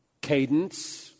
cadence